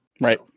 Right